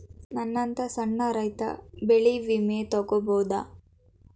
ನನ್ನಂತಾ ಸಣ್ಣ ರೈತ ಬೆಳಿ ವಿಮೆ ತೊಗೊಬೋದ?